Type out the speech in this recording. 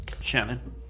Shannon